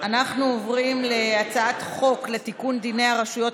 אנחנו עוברים להצעת חוק לתיקון דיני הרשויות